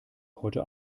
heute